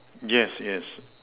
yes yes